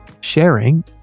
Sharing